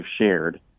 shared